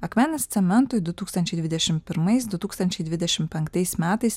akmenės cementui du tūkstančiai dvidešim pirmais du tūkstančiai dvidešim penktais metais